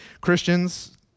Christians